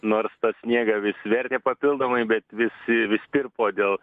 nors tą sniegą vis vertė papildomai bet vis vis tirpo dėl